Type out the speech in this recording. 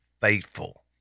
faithful